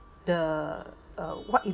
the uh what it